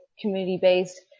community-based